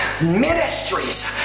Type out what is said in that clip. Ministries